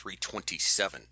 327